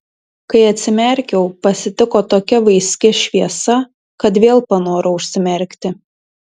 kai atsimerkiau pasitiko tokia vaiski šviesa kad vėl panorau užsimerkti